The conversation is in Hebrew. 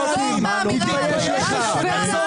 לנו זכות